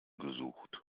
gesucht